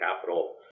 capital